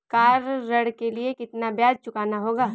Car ऋण के लिए कितना ब्याज चुकाना होगा?